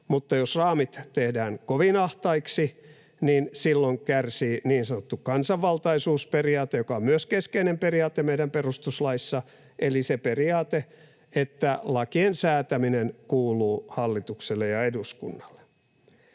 Mutta jos raamit tehdään kovin ahtaiksi, niin silloin kärsii niin sanottu kansanvaltaisuusperiaate, joka on myös keskeinen periaate meidän perustuslaissa, eli se periaate, että lakien säätäminen kuuluu hallitukselle ja eduskunnalle.